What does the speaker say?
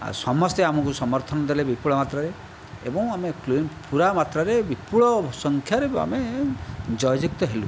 ଆଉ ସମସ୍ତେ ଆମକୁ ସମର୍ଥନ ଦେଲେ ବିପୁଳ ମାତ୍ରାରେ ଏବଂ ଆମେ କ୍ଲିନ୍ ପୂରା ମାତ୍ରାରେ ବିପୁଳ ସଂଖ୍ୟାରେ ଆମେ ଜୟଯୁକ୍ତ ହେଲୁ